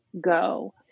go